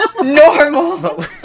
Normal